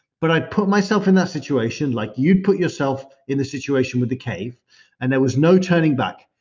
but i put myself in that situation like you'd put yourself in the situation with the cave and there was no turning back.